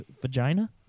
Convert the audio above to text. vagina